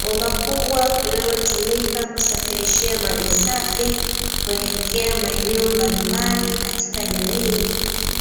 Bomba kubwa linalotumika kusafirishia maji safi kuelekea maeneo mbalimbali katika jamii,